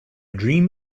dream